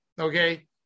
okay